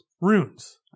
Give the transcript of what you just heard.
Runes